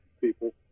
people